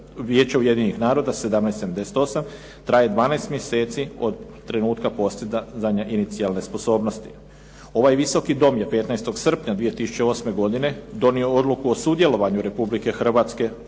Vijeća Ujedinjenih naroda 17/78 traje 12 mjeseci od trenutka postizanja inicijalne sposobnosti. Ovaj Visoki dom je 15. srpnja 2008. godine donio odluku o sudjelovanju Republike Hrvatske u ovoj